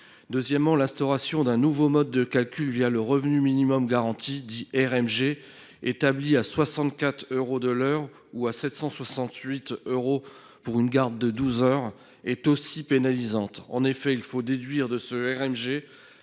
Deuxièmement, l'instauration d'un nouveau mode de calcul le revenu minimum garanti (RMG), qui est de 64 euros de l'heure ou de 768 euros pour une garde de douze heures, est elle aussi pénalisante. En effet, il faut déduire de ce RMG